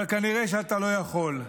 אבל כנראה שאתה לא יכול.